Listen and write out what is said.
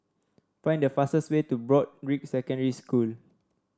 find the fastest way to Broadrick Secondary School